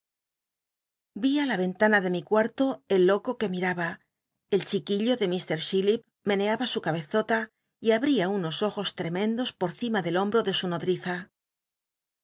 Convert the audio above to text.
á la yentana de mi cuarto el loco que miraba el chiquillo de mr chillip meneaba su cabezota y abtia unos ojos llemendos por cima del hombro de su nodriza